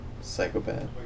Psychopath